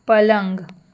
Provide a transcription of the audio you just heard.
પલંગ